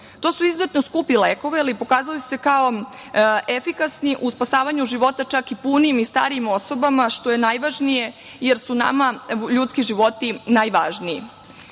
su izuzetno skupi lekovi i pokazali su se kao efikasni u spasavanju života čak i punijim i starijim osobama, što je najvažnije, jer su nama ljudski životi najvažniji. Pored